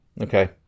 Okay